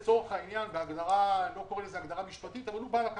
מונה מנהל.